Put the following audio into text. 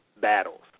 battles